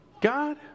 God